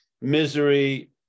misery